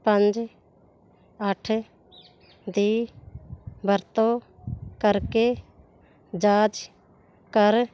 ਪੰਜ ਅੱਠ ਦੀ ਵਰਤੋਂ ਕਰਕੇ ਜਾਂਚ ਕਰ